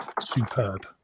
superb